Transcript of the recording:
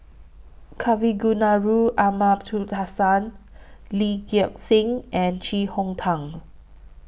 Kavignareru Amallathasan Lee Gek Seng and Chee Hong Tat